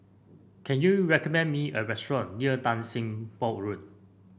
can you recommend me a restaurant near Tan Sim Boh Road